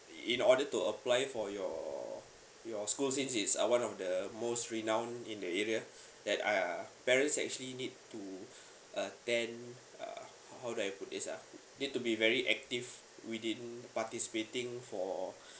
in order to apply for your your school it is uh one of the most renowned in the area that I uh parents are actually need to attend uh how do I put this uh need to be very active within participating for